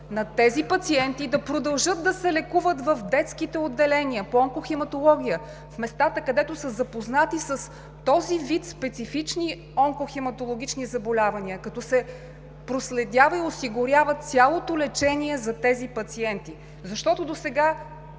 на тези пациенти да продължат да се лекуват в детските отделения по онкохематология – в местата, където са запознати с този вид специфични онкохематологични заболявания, като се проследява и осигурява цялото лечение за тези пациенти. Досега